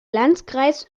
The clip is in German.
landkreis